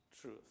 truth